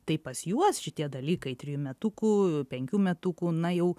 tai pas juos šitie dalykai trijų metukų penkių metukų na jau